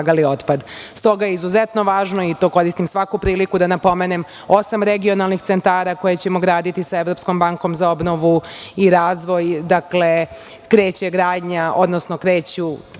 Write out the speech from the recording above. otpad. Stoga je izuzetno važno, i to koristim svaku priliku da napomenem osam regionalnih centara, koje ćemo graditi sa Evropskom bankom za obnovu i razvoj. Dakle, kreće gradnja, odnosno kreće izbor